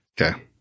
Okay